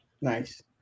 Nice